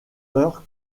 heures